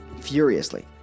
furiously